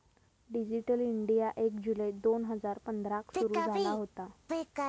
digital India एक जुलै दोन हजार पंधराक सुरू झाला होता